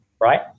right